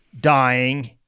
dying